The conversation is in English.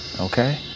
okay